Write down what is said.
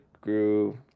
grew